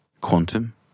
Quantum